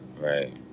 Right